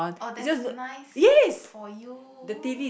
oh that's nice for you